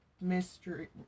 mystery